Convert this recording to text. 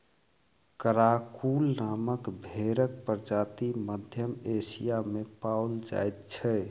Karakul नामक भेंड़क प्रजाति मध्य एशिया मे पाओल जाइत छै